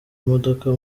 imodoka